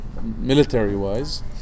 military-wise